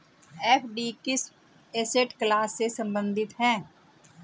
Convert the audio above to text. FD किस asset class से संबंधित है?